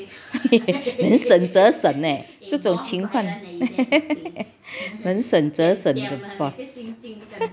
能省者省这种情况能省者省